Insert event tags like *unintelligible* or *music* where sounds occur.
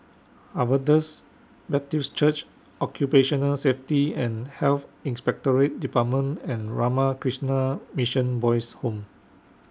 *unintelligible* Baptist Church Occupational Safety and Health Inspectorate department and Ramakrishna Mission Boys' Home